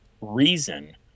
reason